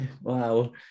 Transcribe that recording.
Wow